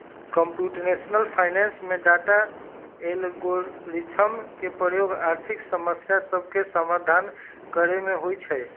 computational finance में data, algorithm के प्रयोग आर्थिक समस्या सभके समाधान करे में होइ छै